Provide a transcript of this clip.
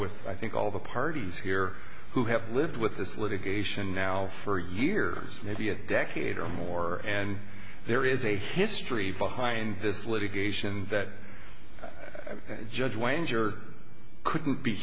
with i think all the parties here who have lived with this litigation now for years maybe a decade or more and there is a history behind this litigation that judge wager couldn't be